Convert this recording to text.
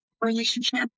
relationship